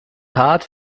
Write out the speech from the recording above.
hart